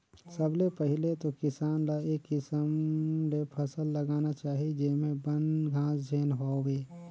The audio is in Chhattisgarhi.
सबले पहिले तो किसान ल ए किसम ले फसल लगाना चाही जेम्हे बन, घास झेन होवे